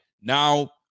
Now